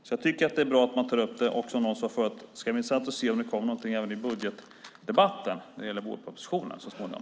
Jag tycker alltså att det är bra att man tar upp detta. Och, som någon sade förut, det ska bli intressant att se om det kommer någonting även i budgetdebatten när det gäller vårpropositionen så småningom.